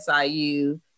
SIU